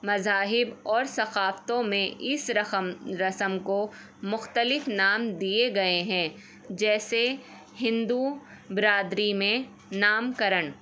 مذاہب اور ثقافتوں میں اس رسم رسم کو مختلف نام دیے گئے ہیں جیسے ہندو برادری میں نام کرن